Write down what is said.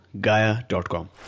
Gaia.com